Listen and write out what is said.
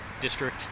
district